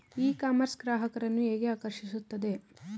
E commerce ಗ್ರಾಹಕರನ್ನು ಹೇಗೆ ಆಕರ್ಷಿಸುತ್ತದೆ?